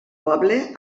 poble